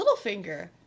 Littlefinger